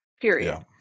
Period